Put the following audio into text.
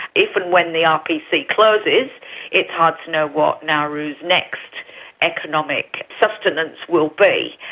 if and when the rpc closes it's hard to know what nauru's next economic sustenance will be.